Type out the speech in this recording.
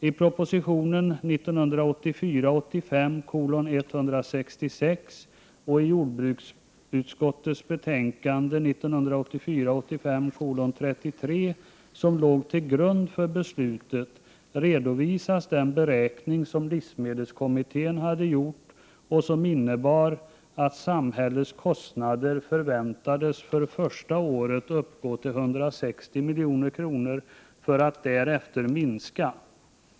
I proposition 1984 85:33, som låg till grund för beslutet, redovisas den beräkning som livsmedelskommittén hade gjort och som innebar att samhällets kostnader förväntades för första året uppgå till 160 milj.kr. för att därefter minska.